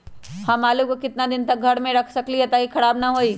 हम आलु को कितना दिन तक घर मे रख सकली ह ताकि खराब न होई?